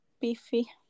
beefy